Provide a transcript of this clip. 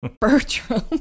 Bertram